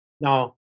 Now